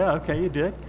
yeah, okay, you did.